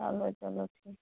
چلو چلو ٹھیٖک